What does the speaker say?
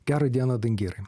gera diena dangirai